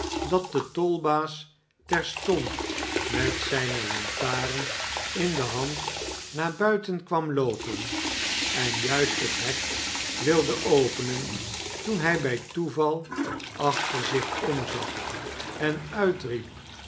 dat de tolbaas terstond met zijne lantaren in de hand naar bmteri kwam loopen en juist het hek wilde openen toen hij bij toeval achter zich j omzag en uitriep